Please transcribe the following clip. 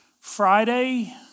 Friday